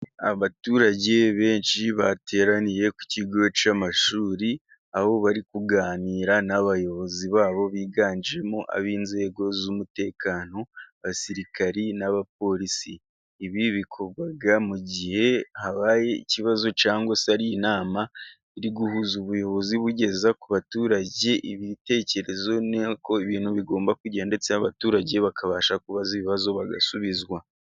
Abaturage benshi bateraniye ku kigo cy'amashuri, aho bari kuganira n'abayobozi babo biganjemo ab'inzego z'umutekano abasirikari n'abapolisi. Ibi bikorwa mu gihe habaye ikibazo cyangwa se hari inama iri guhuza ubuyobozi bugeza ku baturage ibitekerezo. N'uko ibintu bigomba kugenda ndetse abaturage bakabasha kubaza ibibazo bagasubizwa.